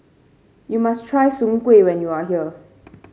you must try Soon Kuih when you are here